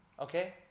Okay